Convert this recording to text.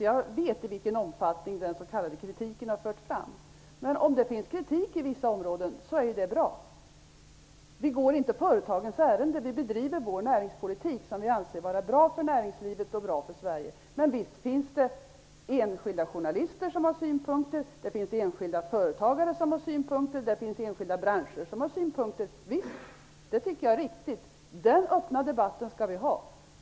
Jag vet i vilken omfattning den s.k. kritiken har förts fram. Det är bra om det finns kritik på vissa områden. Vi går inte företagens ärenden. Vi bedriver den näringspolitik som vi anser vara bra för näringslivet och för Sverige. Visst finns det enskilda journalister som har synpunkter. Det finns enskilda företagare som har synpunkter. Det finns enskilda branscher som har synpunkter. Det tycker jag är riktigt. Vi skall ha en öppen debatt.